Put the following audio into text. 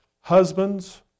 Husbands